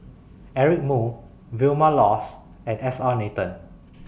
Eric Moo Vilma Laus and S R Nathan